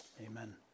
Amen